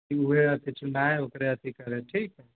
वएह आदमी चुनाय ओकरे अथि करै ठीक